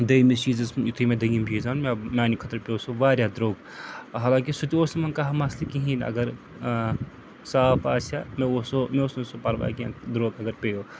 دٔیمِس چیٖزَس یُتھُے مےٚ دٔیِم چیٖز اوٚن مےٚ میٛانہِ خٲطرٕ پیوٚو سُہ واریاہ درٛوٚگ حالانٛکہِ سُہ تہِ اوس نہٕ کانٛہہ مسلہٕ کِہیٖنۍ اگر صاف آسہِ ہا مےٚ اوس سُہ مےٚ اوس نہٕ سُہ پَرواے کیٚنٛہہ درٛوٚگ اگر پیٚیو